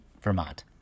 Vermont